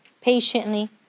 Patiently